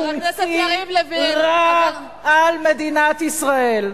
גשם חומצי רע על מדינת ישראל.